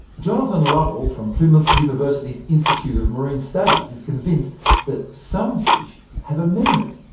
jonathan lovell from plymouth university's institute of marine studies is convinced that some fish have a memory.